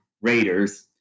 raiders